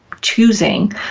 choosing